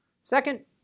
Second